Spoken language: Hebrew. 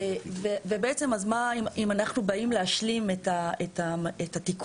אם אנחנו באים להשלים את התיקון